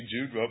Jude